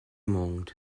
monde